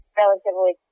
relatively